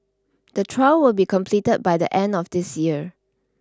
the trial will be completed by the end of this year